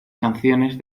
canciones